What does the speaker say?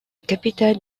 capitale